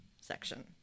section